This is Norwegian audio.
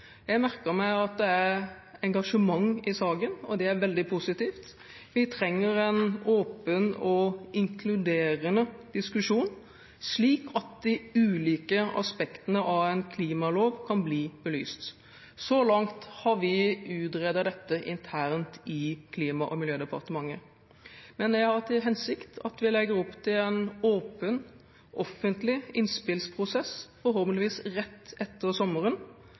Jeg merker meg at det er engasjement i saken, og det er veldig positivt. Vi trenger en åpen og inkluderende diskusjon, slik at de ulike aspektene av en klimalov kan bli belyst. Så langt har vi utredet dette internt i Klima- og miljødepartementet, men jeg har til hensikt at vi legger opp til en åpen, offentlig innspillsprosess forhåpentligvis rett etter sommeren.